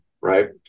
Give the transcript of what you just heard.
Right